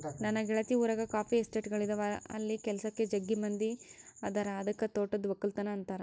ನನ್ನ ಗೆಳತಿ ಊರಗ ಕಾಫಿ ಎಸ್ಟೇಟ್ಗಳಿದವ ಅಲ್ಲಿ ಕೆಲಸಕ್ಕ ಜಗ್ಗಿ ಮಂದಿ ಅದರ ಅದಕ್ಕ ತೋಟದ್ದು ವಕ್ಕಲತನ ಅಂತಾರ